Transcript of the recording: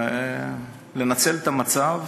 לנצל את המצב,